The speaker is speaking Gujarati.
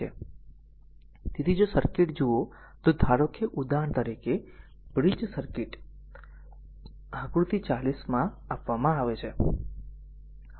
તેથી જો સર્કિટ જુઓ તો ધારો કે ઉદાહરણ તરીકે બ્રિજ સર્કિટ r આકૃતિ 40 માં આપવામાં આવે છે